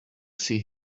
see